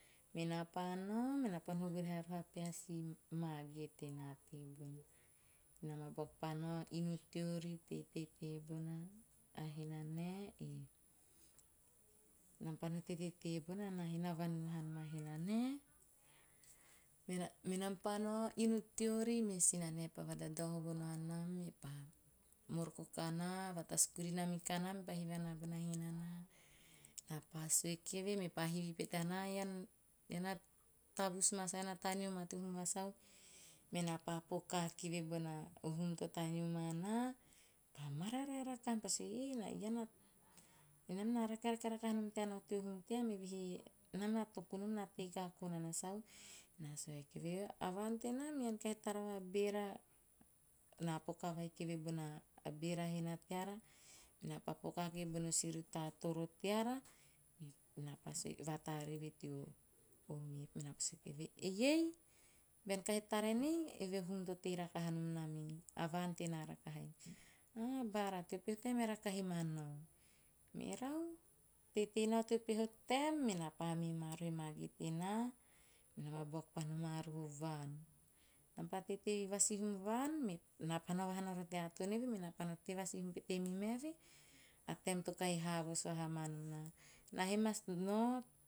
Menaa pa nao menaa pa no vurahe roho a pehe si mage tenaa tebona. Menam pa nao inu teari, teitei tebona a henanae e, menam pa no teitei tebona naa he na vanun vahaa nom a henanae. Menam pa nao inu teori, me sinanae pa vadadao hovo nao anam me pa moroko kanaa, vatasu kurina muka naa, me pa moroko kanaa, vatasu kurina muka naa, mepa hivi anaa bona hena naa. Mena pa sua kieve nepa hivi pete anaa, "ean na tavus ma sau?" Mena pa poka kieve bono hum to taneo ma naa, mepa mararae rakaha. Mepa sue "eh, enaa na rakerake rakaha nom tea nao teo hum team evehe nam na toku nom na tei kako nana sau?" Ena sue vai kieve, "a vaan tenam ean kahi tara va bera, naa poka vai kieve bona beera hena teara, menaa pa poka kieve bona siruta toro teara, menaa pa vatare eve teo "map" menaa pa sue kieve, "eiei, bean kahi tara enei, eve o hum to tei rakaha nom nam ei, a vaan tenai." "Ah, baara teo peho taem eara kahi ma nao." Merau, menaa pa mee maa roho vaan. Nam pa teitei vasihum vaan, menaa pa nao roho tea atono eve, menaa pa no tei vasuhum pete mi, maeve, a taem to kahi haha vos vaha nom naa. Naa he mas nao